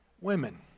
women